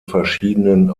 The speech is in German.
verschiedenen